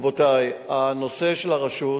רבותי, הנושא של הרשות,